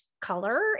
color